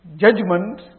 Judgment